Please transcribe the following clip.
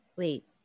Wait